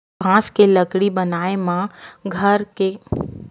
बांस के लकड़ी के घर बनाए बर मचान अउ निसइनी बनाए म बांस ल बउरे जाथे